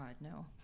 no